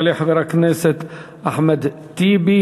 יעלה חבר הכנסת אחמד טיבי,